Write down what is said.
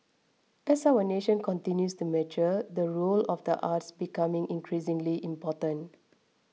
as our nation continues to mature the role of the arts becoming increasingly important